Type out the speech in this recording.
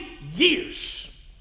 years